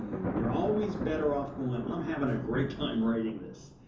you're always better off going, i'm having a great time writing this,